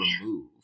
remove